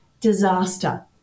disaster